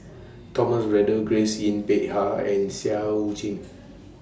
Thomas Braddell Grace Yin Peck Ha and Seah EU Chin